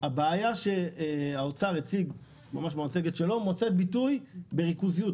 הבעיה שהאוצר הציג במצגת שלו מוצאת ביטוי בריכוזיות.